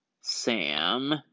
Sam